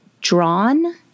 drawn